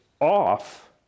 off